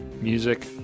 music